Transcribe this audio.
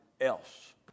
else